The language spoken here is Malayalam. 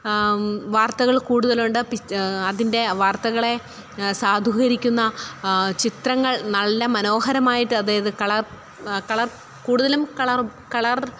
വാർത്തകൾ കൂടുതലുണ്ട് പിച്ച അതിൻ്റെ വാർത്തകളെ സാധൂകരിക്കുന്ന ചിത്രങ്ങൾ നല്ല മനോഹരമായിട്ടതായത് കളർ കളർ കൂടുതലും കളർ കളർ